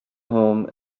home